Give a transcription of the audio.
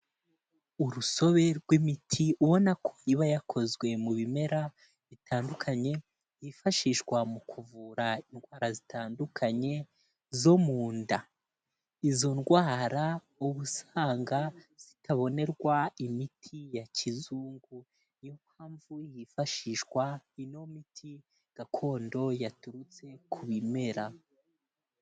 Urusobe rw'imiti ubona ko iba yakozwe mu bimera bitandukanye, yifashishwa mu kuvura indwara zitandukanye zo mu nda. Izo ndwara ubusanga zitabonerwa imiti ya kizungu, ni yo mpamvu yifashishwa ino miti gakondo yaturutse ku bimera.